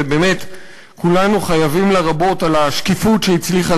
ובאמת כולנו חייבים לה רבות על השקיפות שהיא הצליחה